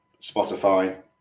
Spotify